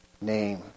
name